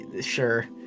sure